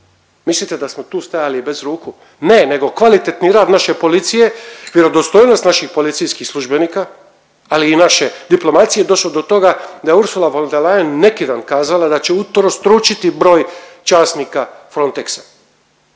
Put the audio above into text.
Mislite da smo tu stajali bez ruku? Ne, nego kvalitetni rad naše policije, vjerodostojnost naših policijskih službenika, ali i naše diplomacije došlo do toga da je Ursula von der Leyen neki dan kazala da će utrostručiti broj časnika Frontexa